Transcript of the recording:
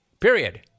Period